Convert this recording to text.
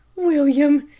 william,